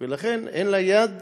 ולכן אין לה יד